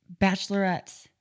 bachelorettes